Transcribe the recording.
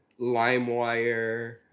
LimeWire